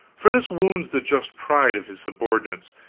for this wounds the just pride of his subordinates,